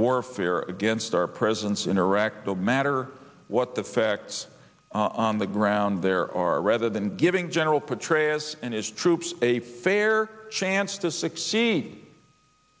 warfare against our presence in iraq that matter what the facts on the ground there are rather than giving general petraeus and his troops a fair chance to succeed